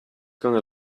gonna